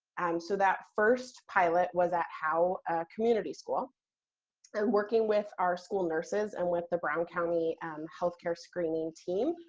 um so that first pilot was at howe community school and working with our school nurses and with the brown county healthcare screening team.